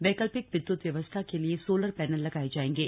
वैकल्पिक विद्युत व्यवस्था के लिए सोलर पैनल लगाए जाएंगे